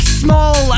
small